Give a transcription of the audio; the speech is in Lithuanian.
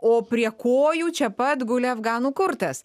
o prie kojų čia pat guli afganų kurtas